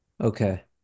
okay